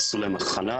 עשו להם הכנה,